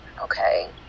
Okay